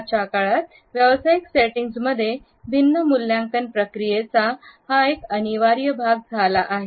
आजच्या काळात व्यावसायिक सेटिंग्जमध्ये भिन्न मूल्यांकन प्रक्रियेचा हा अनिवार्य भाग झाला आहे